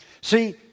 See